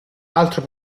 altro